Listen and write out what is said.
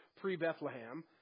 pre-Bethlehem